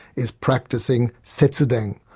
is practicing setsuden,